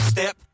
Step